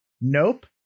Nope